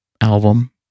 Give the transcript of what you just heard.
album